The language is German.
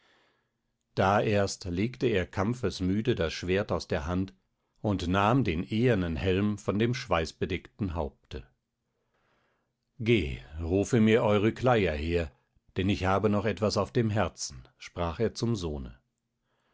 da erst legte er kampfesmüde das schwert aus der hand und nahm den ehernen helm von dem schweißbedeckten haupte geh rufe mir eurykleia her denn ich habe noch etwas auf dem herzen sprach er zum sohne